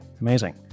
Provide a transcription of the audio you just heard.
Amazing